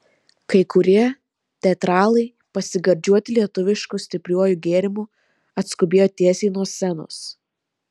kai kurie teatralai pasigardžiuoti lietuvišku stipriuoju gėrimu atskubėjo tiesiai nuo scenos